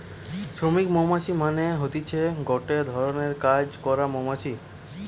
শ্রমিক মৌমাছি মানে হতিছে গটে ধরণের কাজ করা মৌমাছি